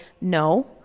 no